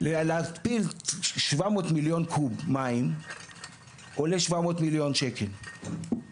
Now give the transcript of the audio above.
להתפיל 700 מיליון קוב מים עולה 700 מיליון שקל,